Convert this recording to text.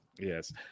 Yes